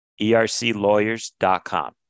erclawyers.com